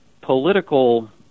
political